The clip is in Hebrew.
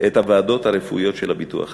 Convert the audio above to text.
את הוועדות הרפואיות של הביטוח הלאומי,